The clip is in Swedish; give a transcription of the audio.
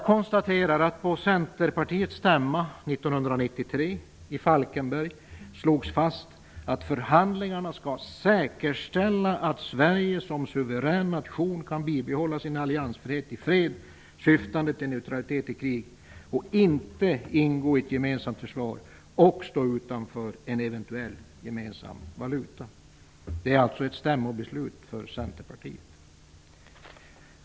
På Centerpartiets stämma 1993 i Falkenberg slogs fast att förhandlingarna skall säkerställa att Sverige som suverän nation kan bibehålla sin alliansfrihet i fred syftande till neutralitet i krig och inte ingå i ett gemensamt försvar och stå utanför en eventuell gemensam valuta. Det är alltså ett stämmobeslut från Centerpartiet.